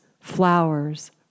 flowers